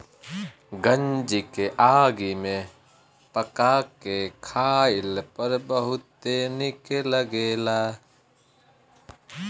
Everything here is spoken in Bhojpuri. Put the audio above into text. गंजी के आगी में पका के खइला पर इ बहुते निक लगेला